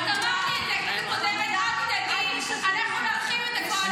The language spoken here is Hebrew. עליי אי-אפשר להגיד שאני שקרנית.